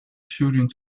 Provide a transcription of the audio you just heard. shooting